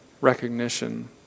recognition